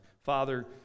Father